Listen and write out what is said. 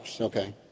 okay